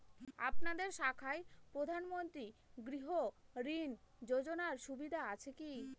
আপনাদের শাখায় প্রধানমন্ত্রী গৃহ ঋণ যোজনার সুবিধা আছে কি?